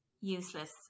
useless